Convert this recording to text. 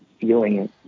feeling